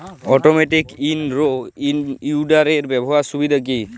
Automatic in row উইডারের ব্যবহারের সুবিধা কি?